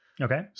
okay